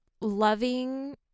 loving